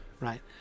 right